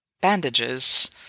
bandages